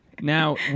Now